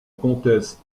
comtesse